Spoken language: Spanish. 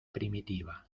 primitiva